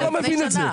אתה לא מבין את זה,